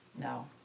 No